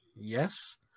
Yes